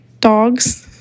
dogs